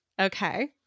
Okay